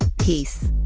peace.